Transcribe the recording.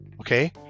Okay